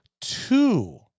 two